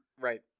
Right